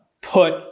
put